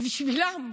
בשבילם,